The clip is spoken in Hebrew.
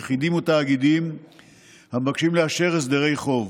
יחידים או תאגידים המבקשים לאשר הסדרי חוב.